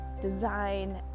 design